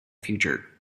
future